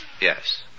Yes